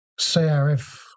CRF